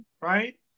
right